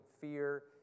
fear